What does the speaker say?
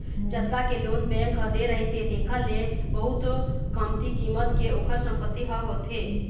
जतका के loan bank ह दे रहिथे तेखर ले बहुत कमती कीमत के ओखर संपत्ति ह होथे